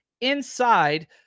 inside